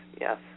yes